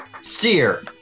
Seer